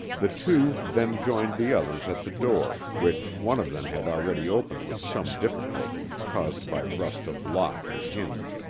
the two then joined the others at the door, which one of them had already opened with some difficulty, caused by rust of lock and hinge.